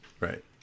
right